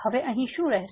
તેથી અહીં શું રહેશે